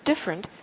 different